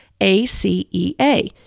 ACEA